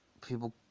People